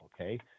okay